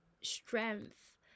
strength